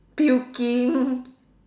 puking